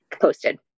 posted